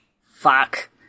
fuck